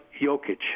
Jokic